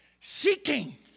seeking